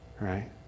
Right